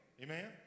Amen